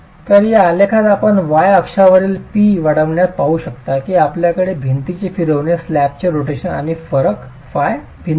तर या आलेखात आपण y अक्षांवरील P वाढविण्यासह पाहू शकता की आपल्याकडे भिंतींचे फिरविणे स्लॅबचे रोटेशन आणि फरक θ भिन्न आहेत